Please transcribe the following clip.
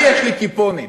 אני יש לי כיפונת,